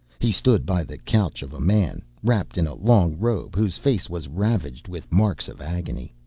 he stood by the couch of a man, wrapped in a long robe, whose face was ravaged with marks of agony.